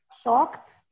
Shocked